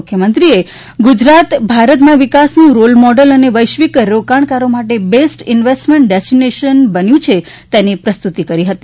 મુખ્યમંત્રીશ્રીએ ગુજરાત ભારતમાં વિકાસનું રોલ મોડેલ ને વૈશ્વિક રોકાણકારો માટે બેસ્ટ ઇન્વેસ્ટમેન્ટ ડેસ્ટિનેશન બન્યું છે તેની પ્રસ્તુતિ કરી હતી